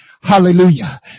Hallelujah